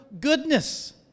goodness